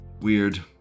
Weird